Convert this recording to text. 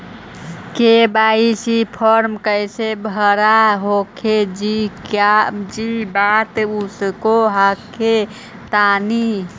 KYC फॉर्मा कैसे भरा हको जी बता उसको हको तानी?